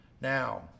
Now